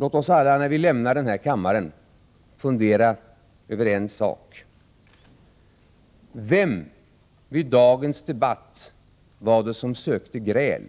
Låt oss alla när vi lämnar den här kammaren fundera över en sak: Vem i dagens debatt var det som sökte gräl,